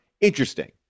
interesting